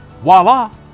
Voila